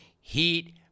heat